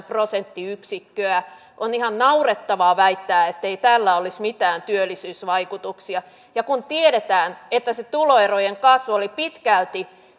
prosenttiyksikköä on ihan naurettavaa väittää ettei tällä olisi mitään työllisyysvaikutuksia kun tiedetään että se tuloerojen kasvu oli pitkälti